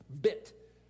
bit